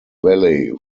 valley